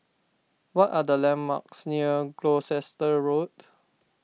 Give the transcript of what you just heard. what are the landmarks near Gloucester Road